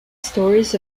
stories